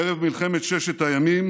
ערב מלחמת ששת הימים